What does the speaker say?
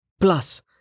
Plus